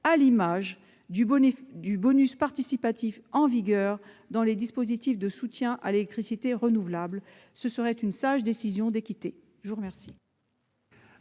à l'image du bonus participatif en vigueur pour les dispositifs de soutien à l'électricité renouvelable. Ce serait une sage décision d'équité. Les deux